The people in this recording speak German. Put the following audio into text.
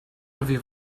wir